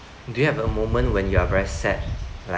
do you have a moment when you're very sad like